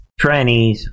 trannies